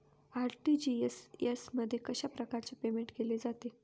RTGS मध्ये कशाप्रकारे payment केले जाते?